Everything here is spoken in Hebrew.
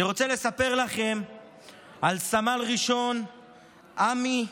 אני רוצה לספר לכם על סמל ראשון עמי משולמי,